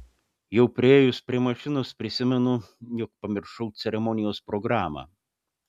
jau priėjus prie mašinos prisimenu jog pamiršau ceremonijos programą